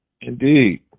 Indeed